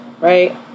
right